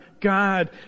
God